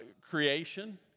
creation